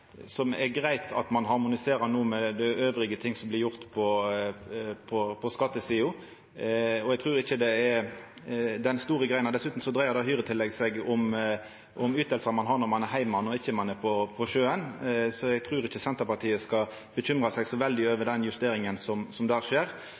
skattesida. Eg trur ikkje det er store greiene. Dessutan dreier hyretillegget seg om ytingar ein har når ein er heime – når ein ikkje er på sjøen – så eg trur ikkje Senterpartiet skal bekymra seg så veldig over